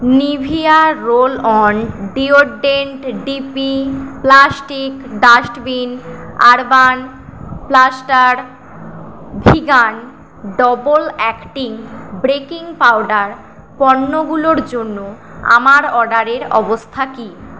Nivea roll on deodorant DP plastic dustbin urban plaster vegan double acting baking powder পণ্যগুলোর জন্য আমার অর্ডারের অবস্থা কী